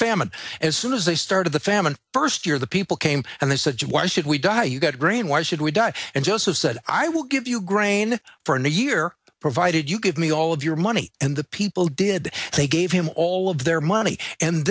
famine as soon as they start of the famine first year the people came and they said why should we die you got grain why should we die and joseph said i will give you grain for a new year provided you give me all of your money and the people did they gave him all of their money and